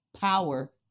power